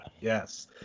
Yes